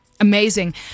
Amazing